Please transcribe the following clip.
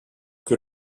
que